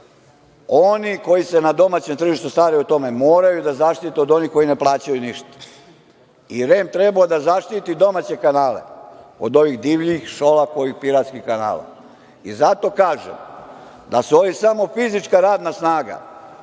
Oni koji se na domaćem tržištu staraju o tome moraju da zaštite od onih koji ne plaćaju ništa, i REM je trebao da zaštiti domaće kanale od ovih divljih Šolakovih piratskih kanala. Zato kažem da su ovi samo fizička radna snaga